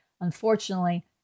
unfortunately